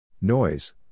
Noise